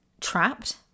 trapped